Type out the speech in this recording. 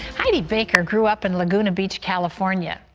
heidi baker grew up in laguna beach, california.